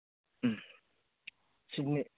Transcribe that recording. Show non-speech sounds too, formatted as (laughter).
ꯎꯝ (unintelligible)